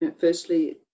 firstly